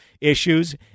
issues